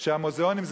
שהמוזיאונים,